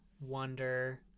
wonder